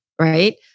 right